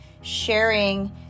sharing